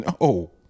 No